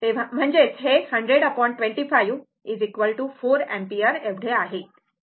तर म्हणजेच हे 100 25 4 अँपिअर आहे